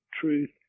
truth